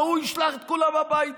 והוא ישלח את כולם הביתה,